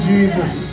Jesus